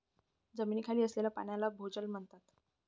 जमिनीखाली असलेल्या पाण्याला भोजल म्हणतात